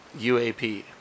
UAP